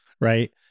right